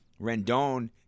Rendon